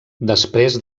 després